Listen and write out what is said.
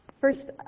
first